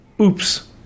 oops